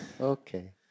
Okay